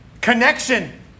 connection